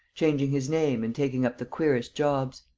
changing his name and taking up the queerest jobs.